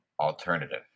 alternative